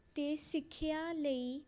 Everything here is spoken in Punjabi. ਅਤੇ ਸਿੱਖਿਆ ਲਈ